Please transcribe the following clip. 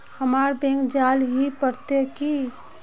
हमरा बैंक जाल ही पड़ते की?